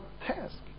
task